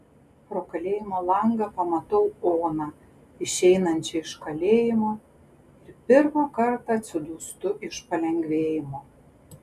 pro kalėjimo langą pamatau oną išeinančią iš kalėjimo ir pirmą kartą atsidūstu iš palengvėjimo